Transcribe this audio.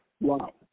Wow